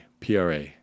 PRA